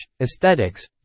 aesthetics